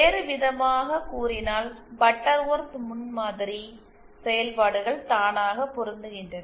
வேறுவிதமாகக் கூறினால் பட்டர்வொர்த் முன்மாதிரி செயல்பாடுகள் தானாக பொருந்துகின்றன